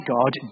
God